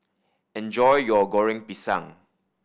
enjoy your Goreng Pisang